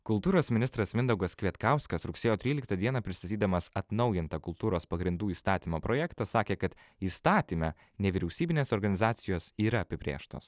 kultūros ministras mindaugas kvietkauskas rugsėjo tryliktą dieną pristatydamas atnaujintą kultūros pagrindų įstatymo projektą sakė kad įstatyme nevyriausybinės organizacijos yra apibrėžtos